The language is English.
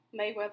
Mayweather